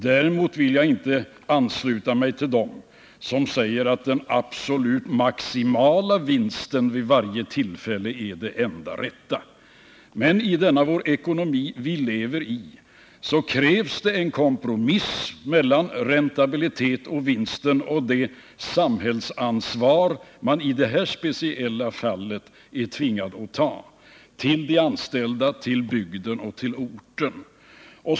Däremot vill jag inte ansluta mig till dem som säger att den absolut maximala vinsten vid varje tillfälle är det enda rätta. Med den ekonomi vi lever i krävs det en kompromiss mellan räntabilitet och vinst och det samhällsansvar som man i det här speciella fallet har tvingats att ta med hänsyn till de anställda, till bygden och till orten.